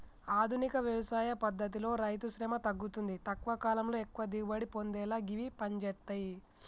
ఆధునిక వ్యవసాయ పద్దతితో రైతుశ్రమ తగ్గుతుంది తక్కువ కాలంలో ఎక్కువ దిగుబడి పొందేలా గివి పంజేత్తయ్